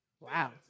Wow